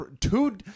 Two